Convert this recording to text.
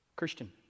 Christian